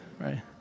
right